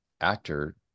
actor